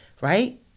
Right